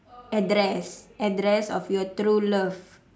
address address of your true love